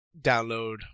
download